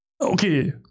okay